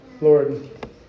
Lord